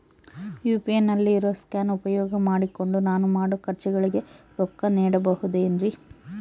UPI ನಲ್ಲಿ ಇರೋ scan ಉಪಯೋಗ ಮಾಡಿಕೊಂಡು ನಾನು ಮಾಡೋ ಖರ್ಚುಗಳಿಗೆ ರೊಕ್ಕ ನೇಡಬಹುದೇನ್ರಿ?